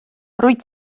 rwyt